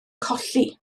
colli